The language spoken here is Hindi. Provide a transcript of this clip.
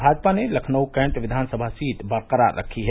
भाजपा ने लखनऊ कैण्ट विद्यानसभा सीट बरकरार रखी है